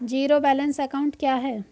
Zero balance account क्या है?